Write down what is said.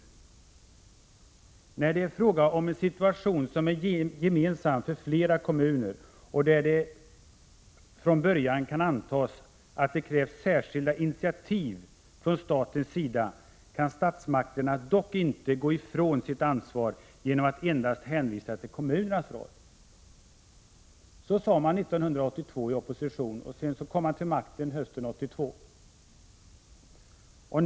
——— När det emellertid är fråga om en situation som är gemensam för flera kommuner och där det från början kan antas att det krävs särskilda initiativ från statens sida kan statsmakterna dock inte gå ifrån sitt ansvar genom att endast hänvisa till kommunernas roll.” Så sade man 1982 i opposition, och sedan kom man till makten hösten 1982.